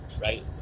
right